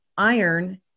iron